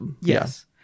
yes